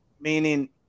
Meaning